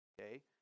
Okay